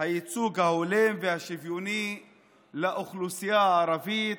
הייצוג ההולם והשוויוני לאוכלוסייה הערבית